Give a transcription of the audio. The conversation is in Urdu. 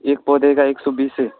ایک پودے کاا ایک سو بیس سے